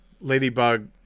Ladybug